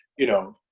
you know